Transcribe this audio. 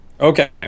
okay